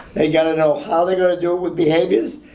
they gotta know how they're gonna do it with behaviors,